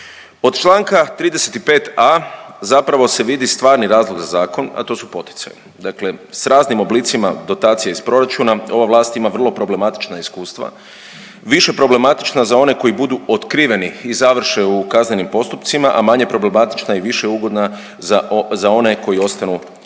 Od čl. 35.a zapravo se vidi stvarni razlog za zakon, a to su poticaji. Dakle s raznim oblicima dotacija iz proračuna, ova vlast ima vrlo problematična iskustva, više problematična za one koji budu otkriveni i završe u kaznenim postupcima, a manje problematična i više ugodna za one koji ostanu ispod